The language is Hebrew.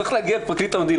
צריך להגיע פרקליט המדינה,